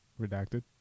Redacted